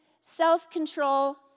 self-control